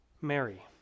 Mary